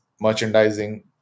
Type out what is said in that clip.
merchandising